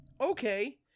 Okay